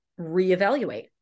reevaluate